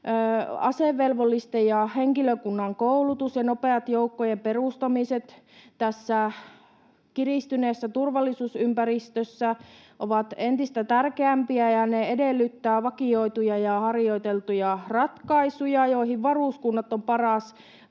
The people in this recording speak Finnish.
Asevelvollisten ja henkilökunnan koulutus ja nopeat joukkojen perustamiset tässä kiristyneessä turvallisuusympäristössä ovat entistä tärkeämpiä, ja ne edellyttävät vakioituja ja harjoiteltuja ratkaisuja, joihin varuskunnat ovat paras